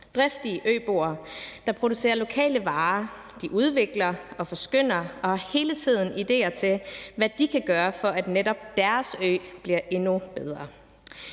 driftige øboere, der producerer lokale varer, de udvikler og forskønner og har hele tiden idéer til, hvad de kan gøre, for at netop deres ø bliver endnu bedre.